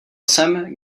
jsem